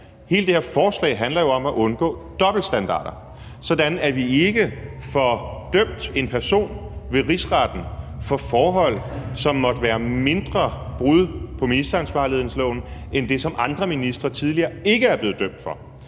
Hele det her forslag handler jo om at undgå dobbeltstandarder, sådan at vi ikke får dømt en person ved rigsretten for forhold, som måtte være mindre brud på ministeransvarlighedsloven end det, som andre ministre tidligere ikke er blevet dømt for.